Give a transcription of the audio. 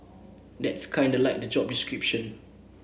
that's kinda like the job description